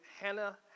Hannah